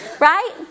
right